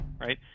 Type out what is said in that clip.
right